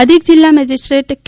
અધિક જીલ્લા મેજીસ્ટ્રેટ કે